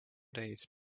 days